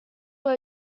were